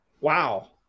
Wow